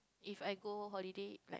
if I go holiday like